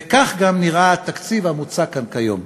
וכך גם נראה התקציב המוצע כאן היום.